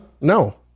No